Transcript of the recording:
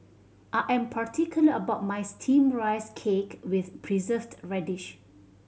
I am particular about my Steamed Rice Cake with Preserved Radish